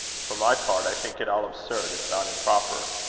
for my part, i think it all absurd, if not improper.